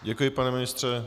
Děkuji, pane ministře.